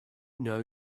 know